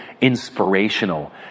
inspirational